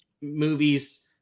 movies